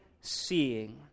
seeing